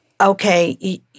okay